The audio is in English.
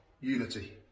unity